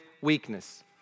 weakness